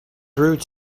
through